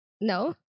No